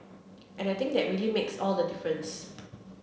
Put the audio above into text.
and I think that really makes all the difference